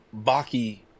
Baki